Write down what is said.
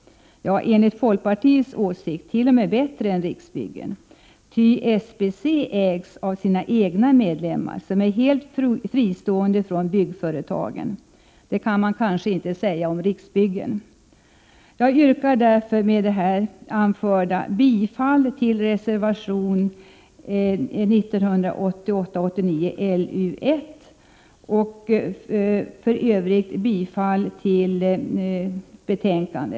Enligt folkpartiets åsikt är SBC t.o.m. bättre än Riksbyggen, ty SBC ägs av sina egna medlemmar och är helt fristående från byggföretagen. Det kan man kanske inte säga om Riksbyggen. Jag yrkar därför med det anförda bifall till reservationen i betänkandet 1988/89:LU1 och i övrigt bifall till utskottets hemställan.